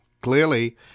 clearly